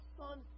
son